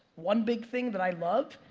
one big thing that i love,